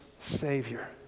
Savior